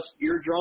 eardrum